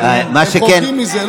לא, מה שכן, אתם חורגים מזה.